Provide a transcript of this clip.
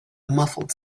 muffled